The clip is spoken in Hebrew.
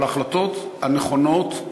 אבל ההחלטות הנכונות,